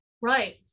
right